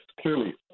clearly